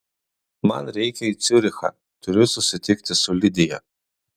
man reikia į ciurichą turiu susitikti su lidija